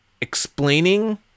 explaining